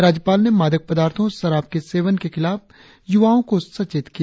राज्यपाल ने मादक पदार्थों और शराब के सेवन के खिलाफ युवाओं को सचेत किया